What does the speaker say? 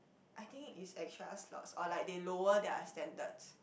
I think it's extra slots or like they lower their standards